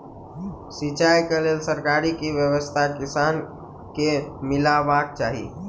सिंचाई केँ लेल सरकारी की व्यवस्था किसान केँ मीलबाक चाहि?